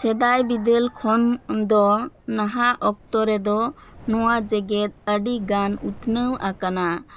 ᱥᱮᱫᱟᱭ ᱵᱤᱫᱟᱹᱞ ᱠᱷᱚᱱ ᱫᱚ ᱱᱟᱦᱟᱜ ᱚᱠᱛᱚ ᱨᱮᱫᱚ ᱱᱚᱣᱟ ᱡᱮᱜᱮᱛ ᱟᱹᱰᱤ ᱜᱟᱱ ᱩᱛᱱᱟᱹᱣ ᱟᱠᱟᱱᱟ